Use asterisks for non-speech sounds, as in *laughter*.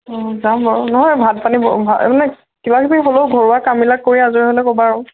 অঁ যাম বাৰু নহয় ভাত পানী *unintelligible* মানে কিবা কিবি হ'লেও ঘৰুৱা কামবিলাক কৰি আজৰি হ'লে ক'বা আৰু